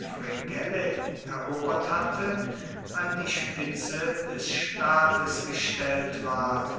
fregellae erobert hatte an die spitze des staates gestellt ward